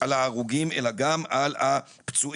על ההרוגים, אלא גם על הפצועים,